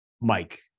Mike